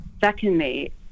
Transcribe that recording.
Secondly